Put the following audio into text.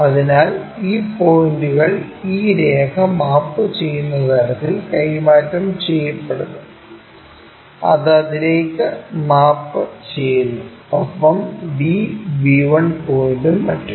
അതിനാൽ ഈ പോയിന്റുകൾ ഈ രേഖ മാപ്പുചെയ്യുന്ന തരത്തിൽ കൈമാറ്റം ചെയ്യപ്പെടുന്നു ഇത് അതിലേക്ക് മാപ്പുചെയ്യുന്നു ഒപ്പം b b 1 പോയിന്റും മറ്റും